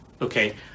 okay